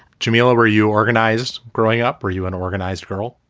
jamelia, were you organized growing up? were you an organized girl?